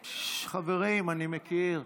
חברים, אני מכיר.